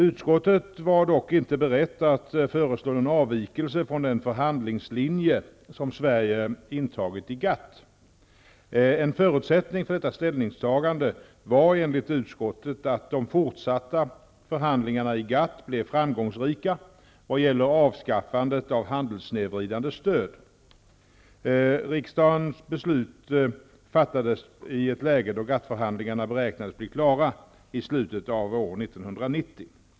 Utskottet var dock inte berett att föreslå någon avvikelse från den förhandlingslinje som Sverige intagit i GATT. En förutsättning för detta ställningstagande var enligt utskottet att de fortsatta förhandlingarna i GATT blev framgångsrika vad gäller avskaffandet av handelssnedvridande stöd. Riksdagens beslut fattades i ett läge då GATT-förhandlingarna beräknades bli klara i slutet av år 1990.